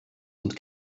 und